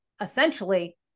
essentially